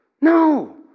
No